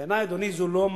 בעיני, אדוני, זו לא מנהיגות.